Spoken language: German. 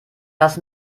das